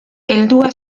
heldua